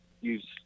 use